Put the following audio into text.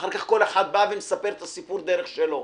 ואחר כך כל אחד מספר את סיפור הדרך שלו.